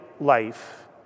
life